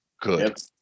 Good